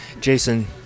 Jason